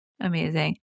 Amazing